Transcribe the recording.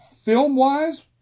Film-wise